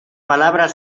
palabras